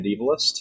medievalist